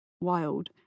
wild